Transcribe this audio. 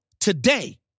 today